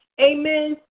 Amen